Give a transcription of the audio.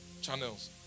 Channels